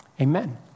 Amen